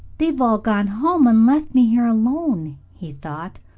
they have all gone home and left me here alone, he thought.